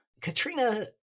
Katrina